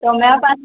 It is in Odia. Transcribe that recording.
ତମେ ଆଉ ପାଞ୍ଚ